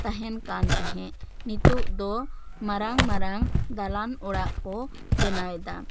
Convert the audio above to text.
ᱛᱟᱦᱮᱱ ᱠᱟᱱ ᱛᱟᱦᱮᱸᱜ ᱱᱤᱛᱚᱜ ᱫᱚ ᱢᱟᱨᱟᱝ ᱢᱟᱨᱟᱝ ᱫᱟᱞᱟᱱ ᱚᱲᱟᱜ ᱠᱚ ᱵᱮᱱᱟᱣ ᱮᱫᱟ